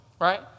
right